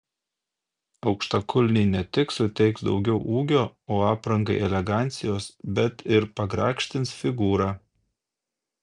aukštakulniai ne tik suteiks daugiau ūgio o aprangai elegancijos bet ir pagrakštins figūrą